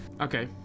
Okay